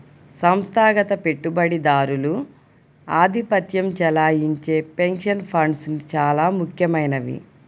సంస్థాగత పెట్టుబడిదారులు ఆధిపత్యం చెలాయించే పెన్షన్ ఫండ్స్ చాలా ముఖ్యమైనవి